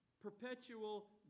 perpetual